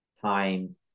time